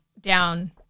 down